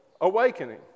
awakening